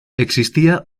existía